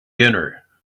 dinner